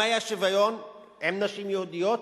אם היה שוויון עם נשים יהודיות,